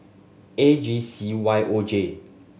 A G C Y O J